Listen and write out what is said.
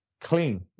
clean